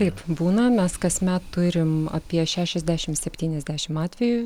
taip būna mes kasmet turim apie šešiasdešimt septyniasdešimt atvejų